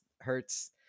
hurts